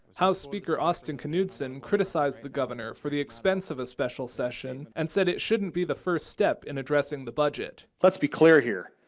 house speaker austin knudsen criticized the governor for the expense of a special session, and said it shouldn't be the first step in addressing the budget. let's be clear here,